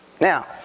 Now